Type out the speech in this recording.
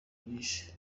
byinshi